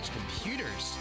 Computers